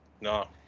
no